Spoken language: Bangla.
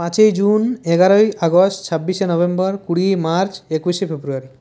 পাঁচই জুন এগারোই আগস্ট ছাব্বিশে নভেম্বর কুড়ি মার্চ একুশে ফেব্রুয়ারি